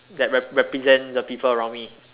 that rep~ represent the people around me